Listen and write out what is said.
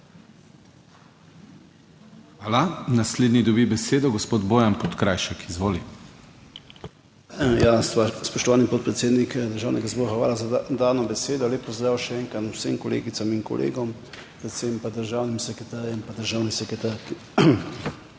Hvala. Naslednji dobi besedo gospod Bojan Podkrajšek, izvoli. BOJAN PODKRAJŠEK (PS SDS): Ja, spoštovani podpredsednik Državnega zbora, hvala za dano besedo. Lep pozdrav še enkrat vsem kolegicam in kolegom, predvsem pa državnim sekretarjem, pa državni sekretarki!